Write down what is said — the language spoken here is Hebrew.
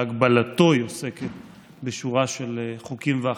בהגבלתו היא עוסקת בשורה של חוקים והחלטות.